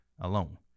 alone